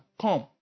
come